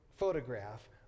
photograph